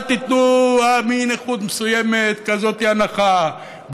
אל תיתנו מנכות מסוימת הנחה כזאת,